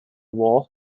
war